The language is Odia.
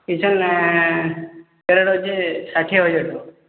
ସେହିଟା ରହିଛି ଷାଠିଏହଜାର ଟଙ୍କା